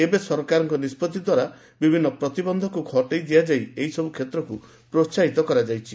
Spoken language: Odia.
ଏବେ ସରକାରଙ୍କ ନିଷ୍ପଭି ଦ୍ୱାରା ବିଭିନ୍ନ ପ୍ରତିବନ୍ଧକକୁ ହଟେଇ ଦିଆଯାଇ ଏହିସବୁ କ୍ଷେତ୍ରକୁ ପ୍ରୋହାହିତ କରାଯାଇଛି